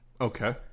Okay